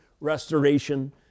restoration